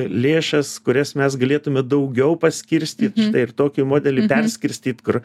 lėšas kurias mes galėtume daugiau paskirstyt štai ir tokį modelį perskirstyt kur